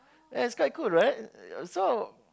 and it's quite cool right so